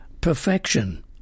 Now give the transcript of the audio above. perfection